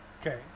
Okay